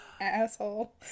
asshole